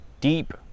deep